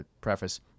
preface